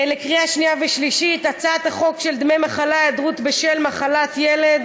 לקריאה שנייה ושלישית: הצעת חוק דמי מחלה (היעדרות בשל מחלת ילד)